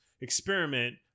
experiment